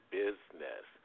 business